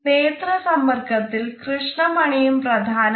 നേത്ര സമ്പർക്കത്തിൽ കൃഷ്ണമണിയും പ്രധാനമാണ്